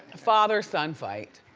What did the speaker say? father son fight.